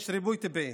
יש ריבוי טבעי.